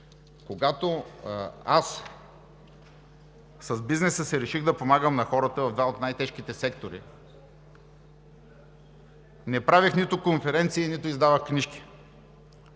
когато аз с бизнеса си реших да помагам на хората в два от най-тежките сектора, не правех нито конференции, нито издавах книжки,